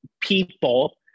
people